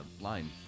line